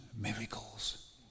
miracles